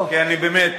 כי אני באמת,